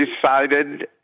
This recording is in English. decided